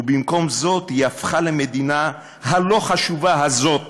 ובמקום זאת היא הפכה למדינה הלא-חשובה הזאת